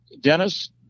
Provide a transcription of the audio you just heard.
dennis